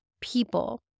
people